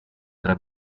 tre